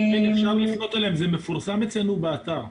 אפשר לפנות אליהם, זה מפורסם אצלנו באתר.